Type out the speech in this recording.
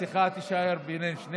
השיחה תישאר בין שנינו.